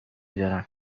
دارند